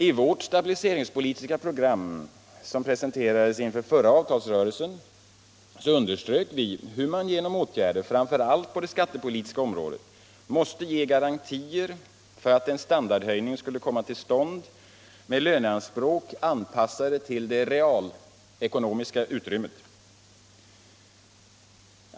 I vårt stabiliseringspolitiska program, som presenterades inför förra avtalsrörelsen, underströk vi hur man genom åtgärder framför allt på det skattepolitiska området måste ge garantier för att en standardhöjning skulle kunna komma till stånd med löneanspråk anpassade till det realekonomiska utrymmet.